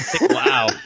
Wow